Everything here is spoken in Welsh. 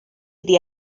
iddi